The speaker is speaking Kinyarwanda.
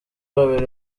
babiri